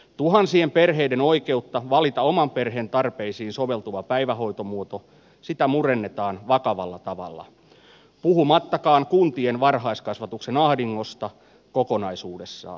tuhansien perheiden oikeutta valita oman perheen tarpeisiin soveltuva päivähoitomuoto murennetaan vakavalla tavalla puhumattakaan kuntien varhaiskasvatuksen ahdingosta kokonaisuudessaan